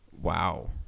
Wow